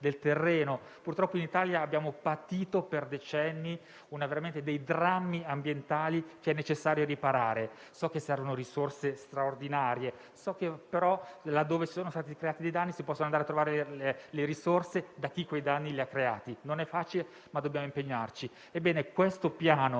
Purtroppo, in Italia abbiamo patito per decenni veri drammi ambientali cui è necessario porre riparo. So che servono risorse straordinarie; so anche, però, che laddove si sono verificati danni, si possono andare a trovare le risorse da chi quei danni li ha creati. Non è facile, ma dobbiamo impegnarci.